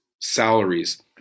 salaries